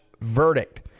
verdict